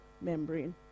membrane